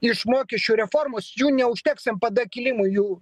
iš mokesčių reformos jų neužteks npd kilimui jų